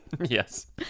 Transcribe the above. Yes